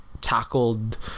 tackled